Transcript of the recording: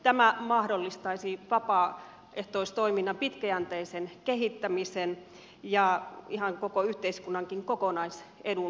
tämä mahdollistaisi vapaaehtoistoiminnan pitkäjänteisen kehittämisen ihan koko yhteiskunnankin kokonaisedun mukaisesti